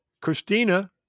Christina